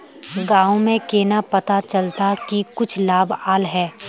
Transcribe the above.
गाँव में केना पता चलता की कुछ लाभ आल है?